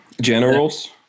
generals